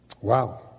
Wow